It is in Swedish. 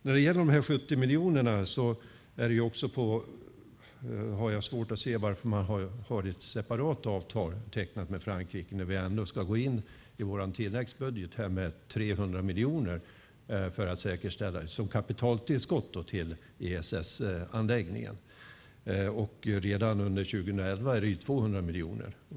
När det gäller de 70 miljonerna har jag svårt att se varför man har tecknat ett separat avtal med Frankrike när vi ändå ska gå in med 300 miljoner i vår tilläggsbudget för att säkerställa ett kapitaltillskott till ESS anläggningen. Redan under 2011 är det 200 miljoner.